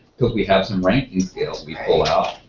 but we have some ranking scales we pull out.